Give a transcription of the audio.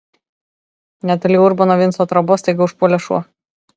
netoli urbono vinco trobos staiga užpuolė šuo